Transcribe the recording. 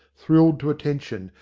thrilled to attention,